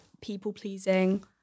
people-pleasing